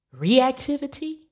Reactivity